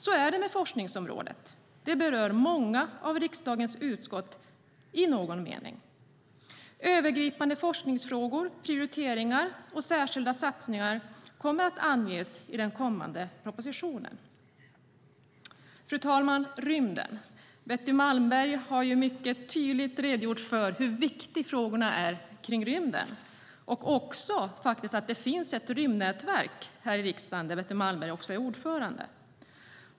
Så är det med forskningsområdet; det berör många av riksdagens utskott i någon mening. Övergripande forskningsfrågor, prioriteringar och särskilda satsningar kommer att anges i den kommande propositionen. Betty Malmberg har mycket tydligt redogjort för hur viktiga frågorna om rymden är och att det här i riksdagen finns ett rymdnätverk där Betty Malmberg är ordförande.